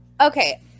Okay